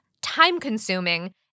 time-consuming